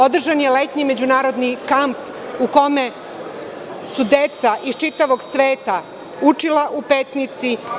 Održan je i letnji međunarodni kamp u kome su deca iz čitavog sveta učila u Petnici.